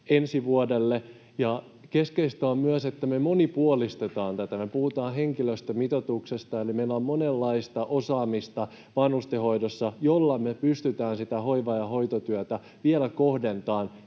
ensi vuodelle. Keskeistä on myös, että me monipuolistetaan tätä. Me puhutaan henkilöstömitoituksesta, ja meillä on vanhustenhoidossa monenlaista osaamista, jolla me pystytään sitä hoiva‑ ja hoitotyötä kohdentamaan